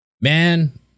man